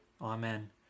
Amen